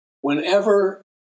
Whenever